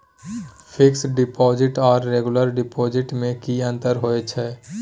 Fix deposit आर regular deposit में की अंतर होय छै?